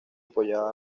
apoyaba